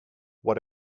what